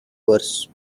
worse